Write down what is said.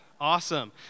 Awesome